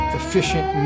efficient